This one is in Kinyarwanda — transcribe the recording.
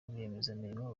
rwiyemezamirimo